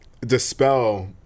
dispel